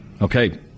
Okay